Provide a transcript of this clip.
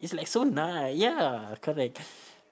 it's like so nice ya correct